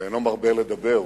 שאינו מרבה לדבר,